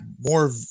more